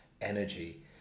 energy